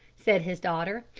said his daughter.